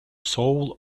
soul